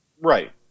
Right